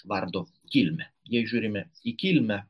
vardo kilmę jei žiūrime į kilmę